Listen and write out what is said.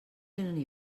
vénen